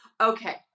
Okay